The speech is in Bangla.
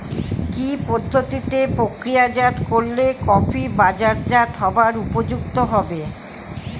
কি পদ্ধতিতে প্রক্রিয়াজাত করলে কফি বাজারজাত হবার উপযুক্ত হবে?